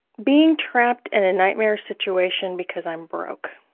being trapped in a nightmare situation because i'm broke.